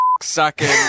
sucking